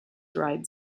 dried